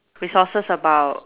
resources about